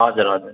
हजुर हजुर